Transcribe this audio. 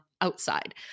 outside